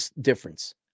difference